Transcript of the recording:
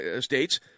states